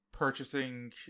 purchasing